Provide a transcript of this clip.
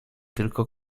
tylko